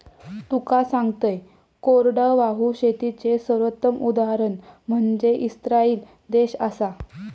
तुका सांगतंय, कोरडवाहू शेतीचे सर्वोत्तम उदाहरण म्हनजे इस्राईल देश आसा